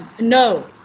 no